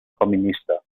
feminista